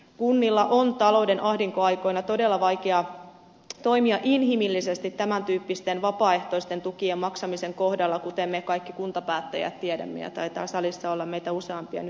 kunnilla on talouden ahdinkoaikoina todella vaikeaa toimia inhimillisesti tämän tyyppisten vapaaehtoisten tukien maksamisen kohdalla kuten me kaikki kuntapäättäjät tiedämme ja taitaa salissa olla meitä useampia nyt tälläkin hetkellä